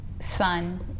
son